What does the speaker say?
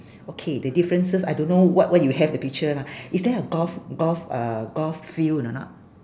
okay the differences I don't know what what you have the picture lah is there a golf golf uh golf field or not